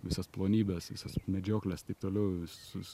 visas plonybes visas medžiokles taip toliau visus